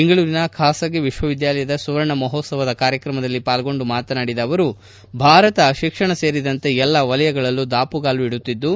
ಬೆಂಗಳೂರಿನ ಖಾಸಗಿ ವಿಶ್ವವಿದ್ಯಾಲಯದ ಸುವರ್ಣ ಮಹೋತ್ಸವದ ಕಾರ್ಯಕ್ರಮದಲ್ಲಿ ಪಾಲ್ಗೊಂಡು ಮಾತನಾಡಿದ ಅವರು ಭಾರತ ಶಿಕ್ಷಣ ಸೇರಿದಂತೆ ಎಲ್ಲ ಕ್ಷೇತ್ರಗಳಲ್ಲೂ ದಾಮಗಾಲು ಇಡುತ್ತಿದ್ದು